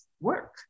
work